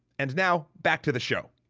and now back to the show.